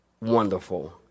wonderful